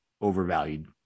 overvalued